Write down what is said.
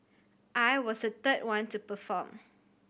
I was the third one to perform